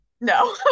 no